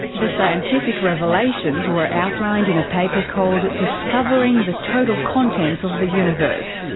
the scientific revelations were outlined in a paper called discovering the total contents of the universe.